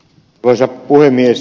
arvoisa puhemies